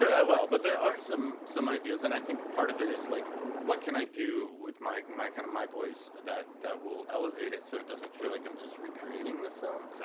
so i will, but there are some some ideas. and i think part of it is like what can i do with my my kind of voice that that will elevate it so it doesn't feel like i'm just recreating the film?